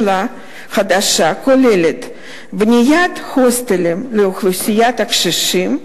שלה כוללת בניית הוסטלים לאוכלוסיית הקשישים,